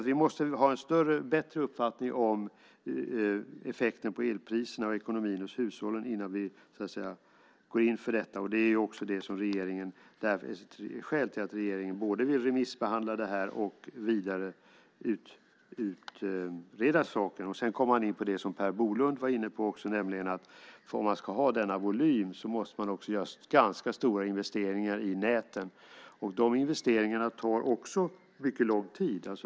Vi måste ha bättre uppfattning om effekten på elpriserna och ekonomin hos hushållen innan vi går in för detta. Det är skälet till att regeringen vill remissbehandla detta och utreda saken vidare. Sedan kommer man in på det som Per Bolund också var inne på, nämligen att om man ska ha denna volym måste man också göra ganska stora investeringar i näten. De investeringarna tar också mycket lång tid.